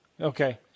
Okay